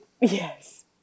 Yes